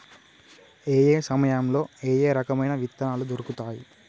ఏయే సమయాల్లో ఏయే రకమైన విత్తనాలు దొరుకుతాయి?